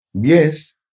Yes